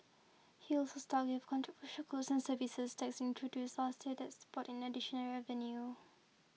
he also stuck with controversial goods and services tax introduced last year that's brought in additional revenue